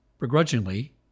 begrudgingly